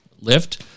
lift